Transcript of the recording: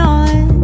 on